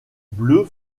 bleu